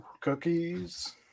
Cookies